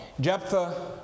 Jephthah